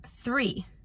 three